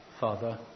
Father